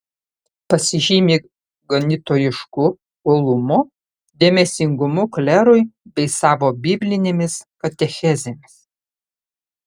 pasižymi ganytojišku uolumu dėmesingumu klerui bei savo biblinėmis katechezėmis